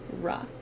rock